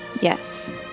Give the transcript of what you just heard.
Yes